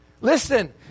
Listen